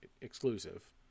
exclusive